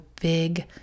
big